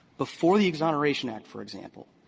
before the exoneration act, for example,